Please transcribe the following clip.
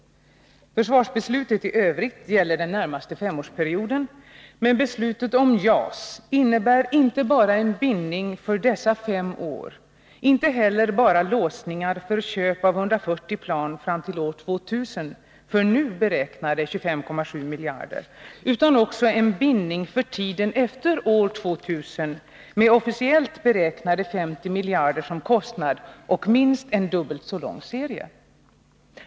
Försvarsbeslutet i övrigt gäller den närmaste femårsperioden, men beslutet om JAS innebär inte bara en bindning för dessa fem år, och inte heller bara låsningar för köp av 140 plan fram till år 2000 för nu beräknade 25,7 miljarder kronor, utan också en bindning för tiden efter år 2000 med officiellt beräknade 50 miljarder kronor som kostnad och minst en dubbelt så lång serie.